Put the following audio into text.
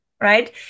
Right